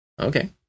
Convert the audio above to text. Okay